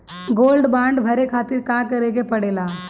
Gold bond भरे खातिर का करेके पड़ेला?